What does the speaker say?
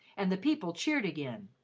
and the people cheered again,